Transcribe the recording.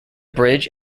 bridge